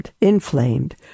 inflamed